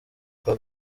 kwa